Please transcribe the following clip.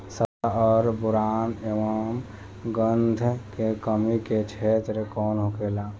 जस्ता और बोरान एंव गंधक के कमी के क्षेत्र कौन होखेला?